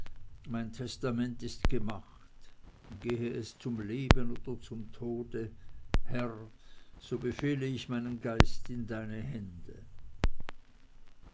mein testament ist gemacht gehe es zum leben oder zum tode herr so befehle ich meinen geist in deine hände